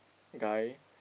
guy